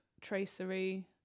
tracery